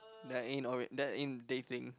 that ain't all it that ain't dating